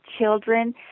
Children